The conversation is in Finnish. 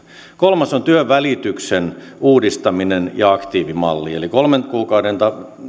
kolmas on työnvälityksen uudistaminen ja aktiivimalli eli kolmen kuukauden